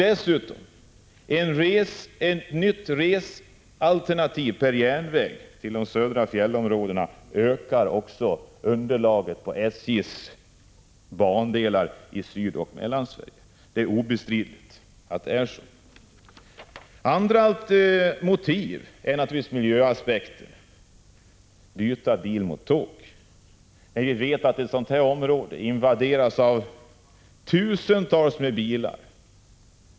Ett nytt resalternativ per järnväg till de södra fjällområdena ökar dessutom underlaget på SJ:s bandelar i Sydoch Mellansverige. Det är obestridligt. Ett annat motiv är miljöaspekten. Man bör byta bil mot tåg. Ett sådant här område invaderas av tusentals bilar.